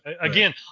Again